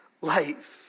life